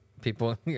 People